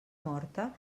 morta